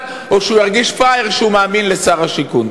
או שהוא ירגיש פראייר שהוא מאמין לשר השיכון?